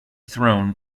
throne